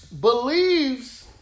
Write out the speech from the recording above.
believes